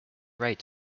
right